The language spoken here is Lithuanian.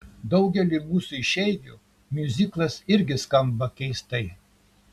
daugeliui mūsų išeivių miuziklas irgi skamba keistai